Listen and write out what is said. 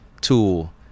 tool